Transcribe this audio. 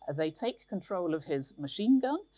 and they take control of his machine gun,